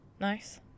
Nice